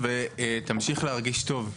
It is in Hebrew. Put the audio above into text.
תמשיך להרגיש טוב.